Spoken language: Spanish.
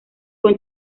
con